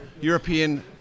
European